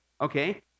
okay